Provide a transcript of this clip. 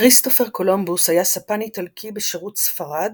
כריסטופר קולומבוס היה ספן איטלקי בשירות ספרד,